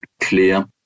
clear